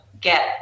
get